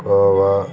khoa